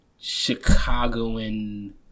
Chicagoan